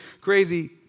crazy